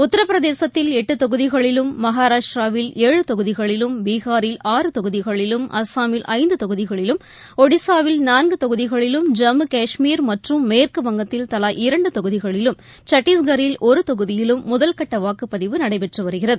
உத்தரப்பிரதேசத்தில் எட்டுதொகுதிகளிலும் மகாராஷ்டிராவில் ஏழு தொகுதிகளிலும் பீகார் ஆறு தொகுதிகளிலும் அஸ்ஸாமில் ஐந்துதொகுதிகளிலும் ஒடிசாவில் நான்குதொகுதிகளிலும் ஜம்முகாஷ்மீர் மற்றும் மேற்கு வங்கத்தில் தலா இரண்டுதொகுதிகளிலும் சத்தீஷ்கரில் ஒருதொகுதியிலும் முதல் கட்டவாக்குப்பதிவு நடைபெற்றுவருகிறது